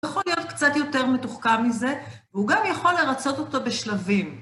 יכול להיות קצת יותר מתוחכם מזה, והוא גם יכול לרצות אותו בשלבים.